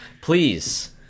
please